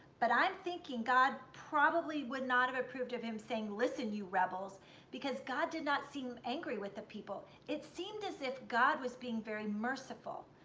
but i'm thinking god probably would not have approved of him saying listen you rebels because god did not seem angry with the people. it seemed as if god was being very merciful.